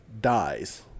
dies